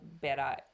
better